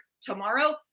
tomorrow